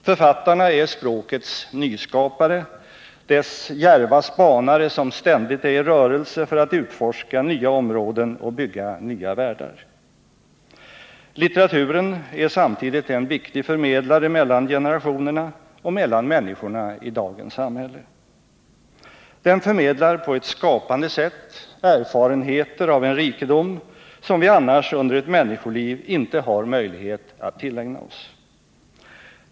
Författarna är språkets nyskapare, dess djärva spanare som ständigt är i rörelse för att utforska nya områden och bygga nya världar. Litteraturen är samtidigt en viktig förmedlare mellan generationerna och mellan människorna i dagens samhälle. Den förmedlar på ett skapande sätt erfarenheter av en rikedom, som vi annars under ett människoliv inte har möjlighet att tillägna oss.